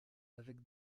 avec